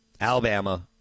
Alabama